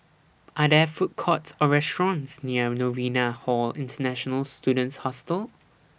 Are There Food Courts Or restaurants near Novena Hall International Students Hostel